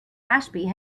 ashby